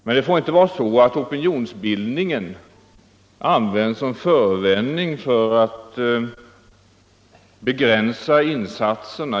Det får dock inte vara så att bristerna i opinionsbildningen används som förevändning för att begränsa insatserna.